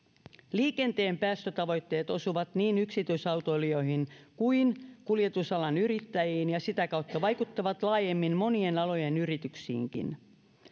liikenteen päästötavoitteet osuvat niin yksityisautoilijoihin kuin kuljetusalan yrittäjiin ja sitä kautta vaikuttavat laajemmin monien alojen yrityksiinkin